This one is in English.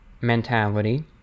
mentality